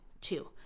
two